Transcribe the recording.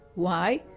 why?